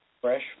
fresh